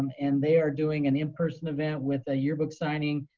and they are doing an in person event with a yearbook signing,